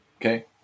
Okay